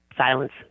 silence